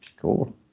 Cool